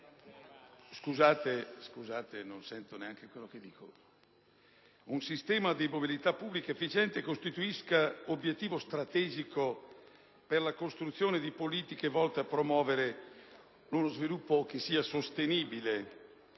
un sistema di mobilità pubblica efficiente costituisce un obiettivo strategico per la costruzione di politiche volte a promuovere sviluppo sostenibile